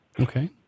Okay